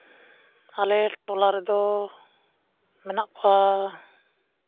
ᱟᱞᱮ ᱴᱚᱞᱟ ᱨᱮᱫᱚ ᱢᱮᱱᱟᱜ ᱠᱚᱣᱟ